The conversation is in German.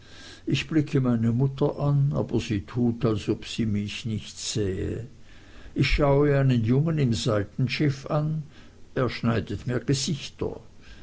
ich blicke meine mutter an aber sie tut als ob sie mich nicht sähe ich schaue einen jungen im seitenschiff an er schneidet mir gesichter